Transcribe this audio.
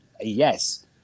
yes